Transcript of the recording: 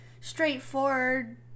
straightforward